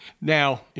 Now